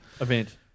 event